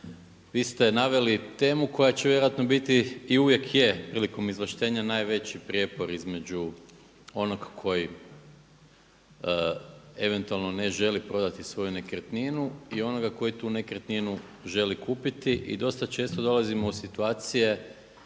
vi ste naveli temu koja će vjerojatno biti i uvijek je prilikom izvlaštenja najveći prijepor između onog koji eventualno ne želi prodati svoju nekretninu i onoga koji tu nekretninu želi kupiti. I dosta često dolazimo u situacije